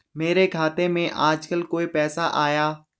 मेरे खाते में आजकल कोई पैसा आया?